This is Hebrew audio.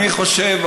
אני חושב,